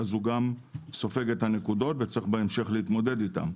הוא סופג אותן וצריך בהמשך להתמודד איתן.